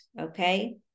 okay